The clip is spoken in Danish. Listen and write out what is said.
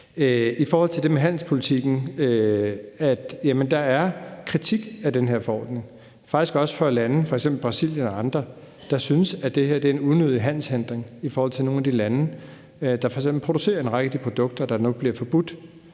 I forhold til det med handelspolitikken vil jeg sige, at der er kritik af den her forordning, faktisk også fra lande som f.eks. Brasilien og andre, der synes, at det her er en unødig handelshindring i forhold til nogle af de lande, der producerer en række af de produkter, der nu bliver forbudt